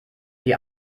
die